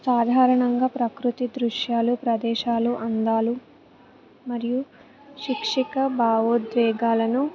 సాధారణంగా ప్రకృతి దృశ్యాలు ప్రదేశాలు అందాలు మరియు శిక్షిక భావోద్వేగాలను